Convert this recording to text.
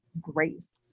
grace